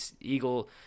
eagle –